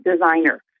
Designer